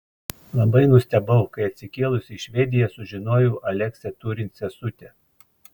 labai nustebau kai atsikėlusi į švediją sužinojau aleksę turint sesutę